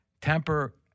Temper